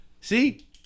See